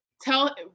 Tell